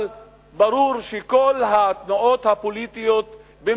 אבל ברור שכל התנועות הפוליטיות הערביות